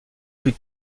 plus